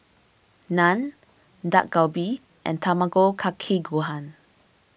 Naan Dak Galbi and Tamago Kake Gohan